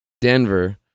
Denver